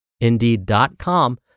indeed.com